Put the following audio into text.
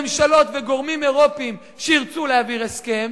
ממשלות וגורמים אירופיים שירצו להעביר הסכם,